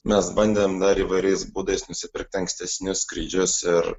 mes bandėm dar įvairiais būdais nusipirkt ankstesnius skrydžius ir